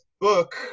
book